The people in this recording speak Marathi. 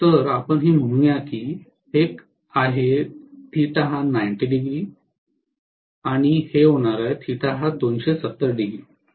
तर आपण हे म्हणू या की हे आहे आणि हे होणार आहे आणि हे आहे